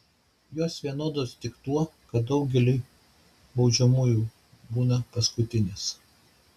jos vienodos tik tuo kad daugeliui baudžiamųjų būna paskutinės